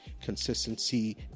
Consistency